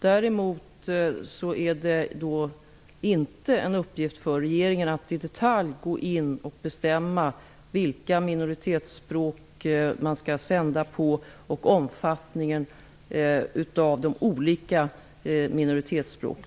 Däremot är det inte en uppgift för regeringen att i detalj bestämma på vilka minoritetsspråk man skall sända och omfattningen av programmen på olika minoritetsspråk.